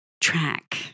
track